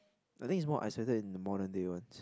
I think it's more isolated in modern day ones